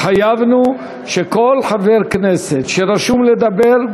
התחייבנו שכל חבר כנסת שרשום לדבר,